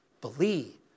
Believe